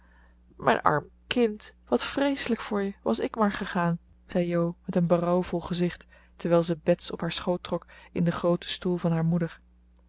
arm kind wat vreeselijk voor je was ik maar gegaan zei jo met een berouwvol gezicht terwijl ze bets op haar schoot trok in den grooten stoel van haar moeder